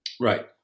Right